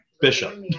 Bishop